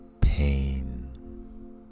pain